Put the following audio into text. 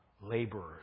laborers